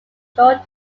short